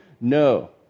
No